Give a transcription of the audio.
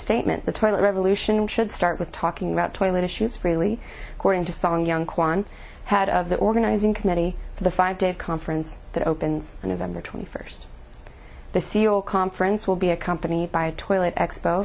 statement the toilet revolution should start with talking about toilet issues freely according to song young kwan head of the organizing committee for the five day conference that opens an event or twenty first the c e o conference will be accompanied by a toilet expo